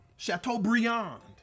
Chateaubriand